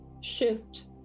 shift